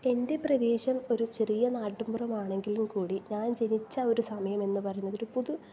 എൻ്റെ പ്രദേശം ഒരു ചെറിയ നാട്ടിൻ പുറമാണെങ്കിലും കൂടി ഞാൻ ജനിച്ച ഒരു സമയമെന്ന് പറയുന്നത് ഒരു പുതു